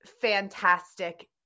fantastic